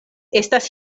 estas